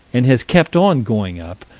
and has kept on going up,